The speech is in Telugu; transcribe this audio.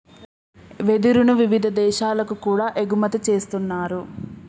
వెదురును వివిధ దేశాలకు కూడా ఎగుమతి చేస్తున్నారు